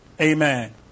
Amen